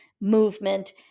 movement